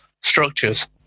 structures